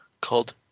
called